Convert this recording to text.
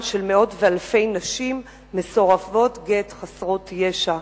של מאות ואלפים של נשים מסורבות גט חסרות ישע.